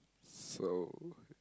so